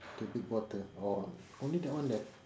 the big bottle orh only that one left